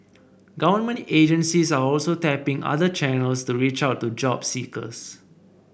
government agencies are also tapping other channels to reach out to job seekers